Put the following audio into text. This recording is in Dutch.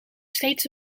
steeds